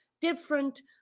different